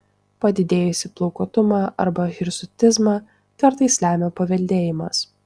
padidėjusį plaukuotumą arba hirsutizmą kartais lemia paveldėjimas